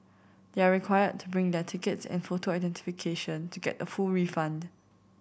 they are required to bring their tickets and photo identification to get a full refund